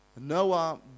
Noah